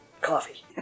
Coffee